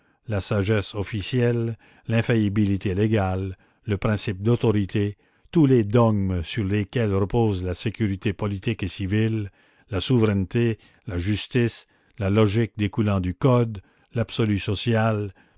la sagesse officielle l'infaillibilité légale le principe d'autorité tous les dogmes sur lesquels repose la sécurité politique et civile la souveraineté la justice la logique découlant du code l'absolu social